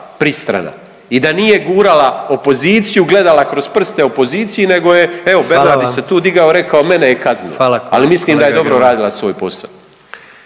pristrana i da nije gurala opoziciju, gledala kroz prste opoziciji, nego je evo Bernardić se tu digao … …/Upadica predsjednik: Hvala vam./… … rekao mene je kaznila. Ali mislim da je dobro radila svoj posao.